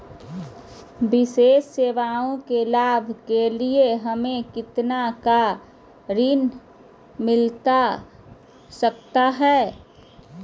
विशेष सेवाओं के लाभ के लिए हमें कितना का ऋण मिलता सकता है?